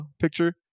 picture